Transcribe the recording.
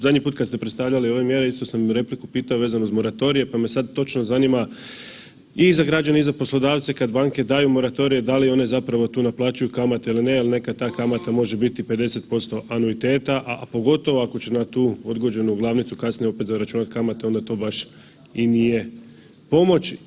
Zadnji put kada ste predstavljali ove mjere istu sam repliku pitao vezano uz moratorije, pa me sad točno zanima i za građane i za poslodavce kada banke daju moratorije da li one zapravo tu naplaćuju kamate ili ne jel nekad ta kamata može biti 50% anuiteta, a pogotovo ako će na tu odgođenu glavnicu kasnije opet zaračunati kamate onda to baš i nije pomoć.